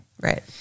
Right